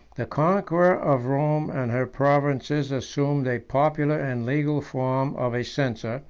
the conqueror of rome and her provinces assumed a popular and legal form of a censor,